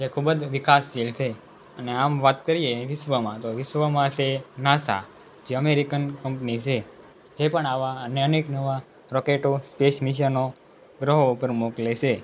તે ખૂબ જ વિકાસશીલ છે અને આમ વાત કરીએ વિશ્વમાં તો વિશ્વમાં સે નાસા જે અમેરિકન કંપની છે જે પણ આવા અનેક નવા રોકેટો અને સ્પેસ મિશનો ગ્રહો પર મોકલે છે